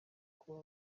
kuba